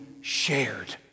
shared